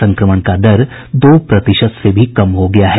संक्रमण का दर दो प्रतिशत से भी कम हो गया है